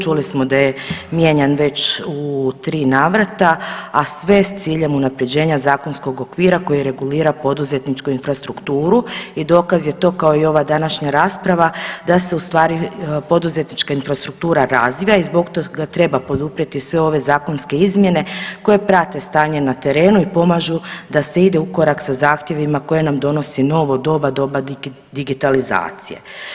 Čuli smo da je mijenjan već u 3 navrata, a sve s ciljem unaprjeđenja zakonskog okvira koji regulira poduzetničku infrastrukturu i dokaz je to, kao i ova današnja rasprava da se u stvari poduzetnička infrastruktura razvija i zbog toga treba poduprijeti sve ove zakonske izmjene koje prate stanje na terenu i pomažu da se ide u korak sa zahtjevima koje nam donosi novo doba, doba digitalizacije.